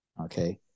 Okay